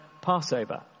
Passover